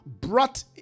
brought